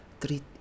treat